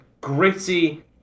gritty